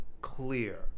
clear